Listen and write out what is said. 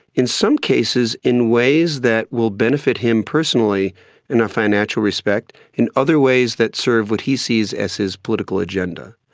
in some cases in ways that will benefit him personally in a financial respect, in other ways that serve what he sees as his political agenda.